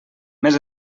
més